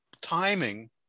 timing